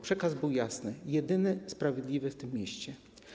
Przekaz był jasny: jedyny sprawiedliwy w tym mieście.